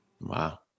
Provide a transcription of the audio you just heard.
Wow